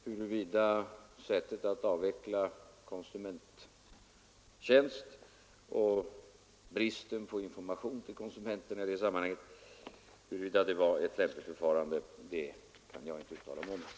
Huruvida sättet att avveckla konsumenttjänst och den uteblivna informationen till konsumenterna i det sammanhanget var ett lämpligt förfarande eller inte kan jag inte uttala mig om.